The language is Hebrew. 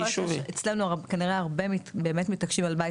אצלנו כנראה הרבה באמת מתעקשים על בית